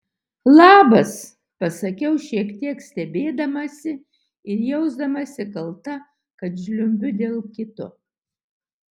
labas pasakiau šiek tiek stebėdamasi ir jausdamasi kalta kad žliumbiu dėl kito